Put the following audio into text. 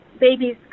babies